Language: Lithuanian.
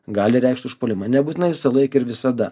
gali reikšt užpuolimą nebūtinai visąlaik ir visada